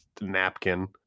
napkin